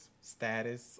status